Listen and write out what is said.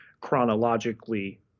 chronologically